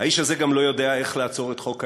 האיש הזה גם לא יודע איך לעצור את חוק האי-הסדרה.